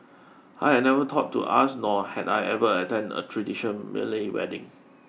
I had never thought to ask nor had I ever attended a tradition Malay wedding